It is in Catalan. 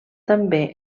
també